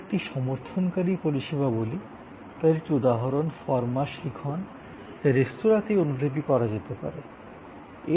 আমরা যাকে সমর্থনকারী পরিষেবা বলি তার একটি উদাহরণ হলো খাওয়ারের অর্ডার লিখন যা সাধারণত রেস্তোরাঁতেই করানো হয় থাকে